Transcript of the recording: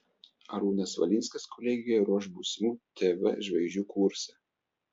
arūnas valinskas kolegijoje ruoš būsimų tv žvaigždžių kursą